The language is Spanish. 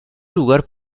lugar